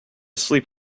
sleep